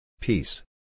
Peace